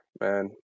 man